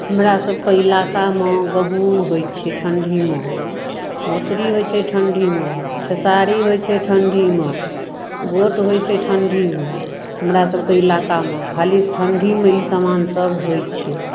हमरासभके इलाकामे गहुम होइ छै ठण्ढीमे मसुरी होइत छै ठण्ढीमे खेसारी होइत छै ठण्ढीमे गोट होइत छै ठण्ढीमे हमरासभके इलाकामे खाली ठण्ढीमे ई सामानसभ होइत छै